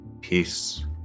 peace